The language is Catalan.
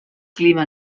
clima